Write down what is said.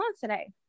today